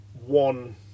One